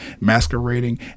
masquerading